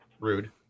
rude